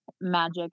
magic